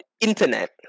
internet